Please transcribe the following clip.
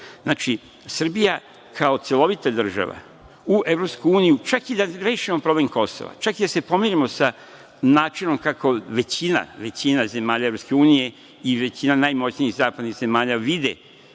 EU.Znači, Srbija kao celovita država u EU, čak i da rešimo problem Kosova, čak i da se pomirimo sa načinom kako većina zemalja EU i većina najmoćnijih zapadnih zemalja vide